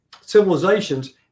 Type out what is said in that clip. civilizations